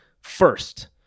first